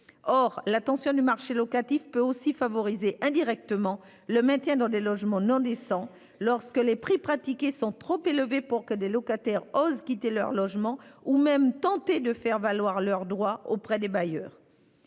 Or la tension du marché locatif peut aussi favoriser, indirectement, le maintien dans des logements non décents, lorsque les prix pratiqués sont trop élevés pour que les locataires osent quitter leur logement ou même tenter de faire valoir leurs droits auprès des bailleurs.